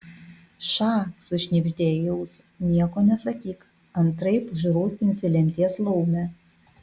ša sušnibždėjo į ausį nieko nesakyk antraip užrūstinsi lemties laumę